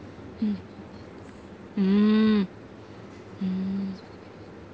mm mm mm